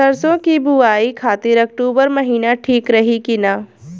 सरसों की बुवाई खाती अक्टूबर महीना ठीक रही की ना?